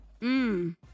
Mmm